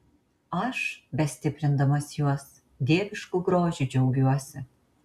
aš bestiprindamas juos dievišku grožiu džiaugiuosi